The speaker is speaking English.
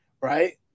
right